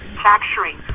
Manufacturing